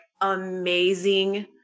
amazing